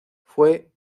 fue